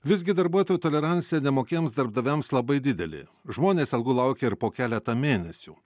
visgi darbuotojų tolerancija nemokiems darbdaviams labai didelė žmonės algų laukia ir po keletą mėnesių